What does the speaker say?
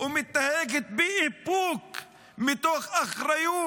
ומתנהגת באיפוק מתוך אחריות.